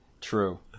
True